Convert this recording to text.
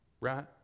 right